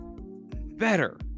better